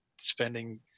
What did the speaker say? spending